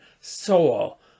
soul